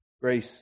grace